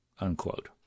unquote